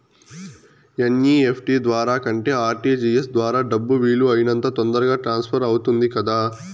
NEFT ద్వారా కంటే RTGS ద్వారా డబ్బు వీలు అయినంత తొందరగా ట్రాన్స్ఫర్ అవుతుంది కదా